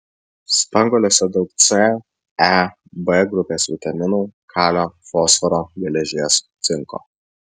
spanguolėse daug c e b grupės vitaminų kalio fosforo geležies cinko